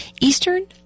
Eastern